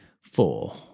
four